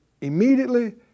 immediately